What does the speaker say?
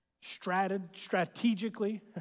strategically